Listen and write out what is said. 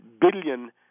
billion